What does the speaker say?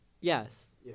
Yes